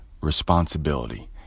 responsibility